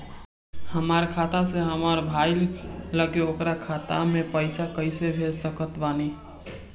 हमार खाता से हमार भाई लगे ओकर खाता मे पईसा कईसे भेज सकत बानी?